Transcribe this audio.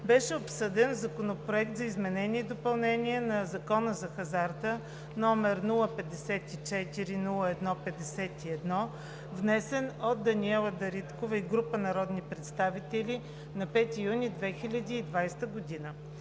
беше обсъден Законопроект за изменение и допълнение на Закона за хазарта, № 054-01-51, внесен от Даниела Дариткова и група народни представители на 5 юни 2020 г.